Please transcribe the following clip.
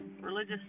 Religious